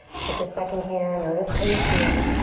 take a second here, notice how you feel.